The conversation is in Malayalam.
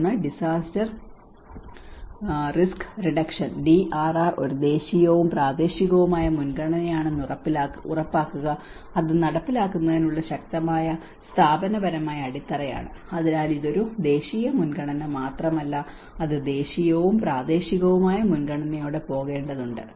ഒന്ന് ഡിസാസ്റ്റർ റിസ്ക് റിഡക്ഷൻ ഡിആർആർ ഒരു ദേശീയവും പ്രാദേശികവുമായ മുൻഗണനയാണെന്ന് ഉറപ്പാക്കുക അത് നടപ്പിലാക്കുന്നതിനുള്ള ശക്തമായ സ്ഥാപനപരമായ അടിത്തറയാണ് അതിനാൽ ഇത് ഒരു ദേശീയ മുൻഗണന മാത്രമല്ല അത് ദേശീയവും പ്രാദേശികവുമായ മുൻഗണനയോടെ പോകേണ്ടതുണ്ട്